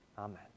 Amen